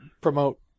promote